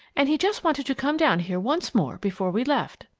and he just wanted to come down here once more before we left.